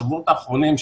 השבועות האחרונים,